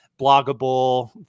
bloggable